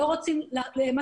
לגבי